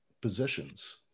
positions